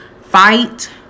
Fight